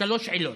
שלוש עילות,